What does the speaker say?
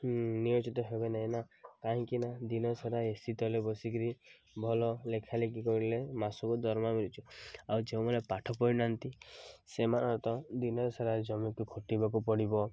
ନିୟୋଜିତ ହେବେ ନାହିଁ ନା କାହିଁକିନା ଦିନସାରା ଏ ସି ତଲେ ବସିକରି ଭଲ ଲେଖାଲେଖି କରିଲେ ମାସକୁ ଦରମା ମିଳୁଛି ଆଉ ଯେଉଁମାନେ ପାଠ ପଢ଼ିନାହାନ୍ତି ସେମାନ ତ ଦିନସାରା ଜମିକୁ ଖଟିବାକୁ ପଡ଼ିବ